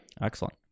Excellent